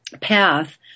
path